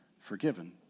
forgiven